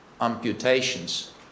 amputations